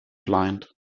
blind